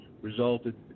resulted